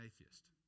atheist